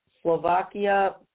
Slovakia